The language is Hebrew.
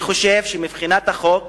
אני חושב שמבחינת החוק,